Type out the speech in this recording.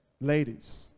Ladies